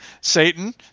Satan